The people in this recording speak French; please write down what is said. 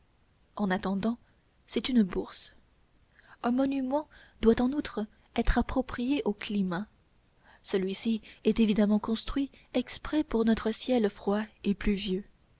en attendant c'est une bourse un monument doit en outre être approprié au climat celui-ci est évidemment construit exprès pour notre ciel froid et pluvieux